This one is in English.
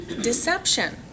Deception